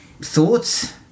Thoughts